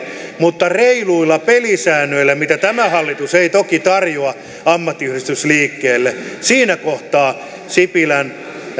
mutta reiluilla pelisäännöillä mitä tämä hallitus ei toki tarjoa ammattiyhdistysliikkeelle siinä kohtaa ehkä